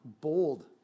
Bold